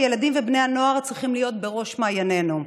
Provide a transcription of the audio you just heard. הילדים ובני הנוער צריכים להיות בראש מעיינינו.